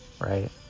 right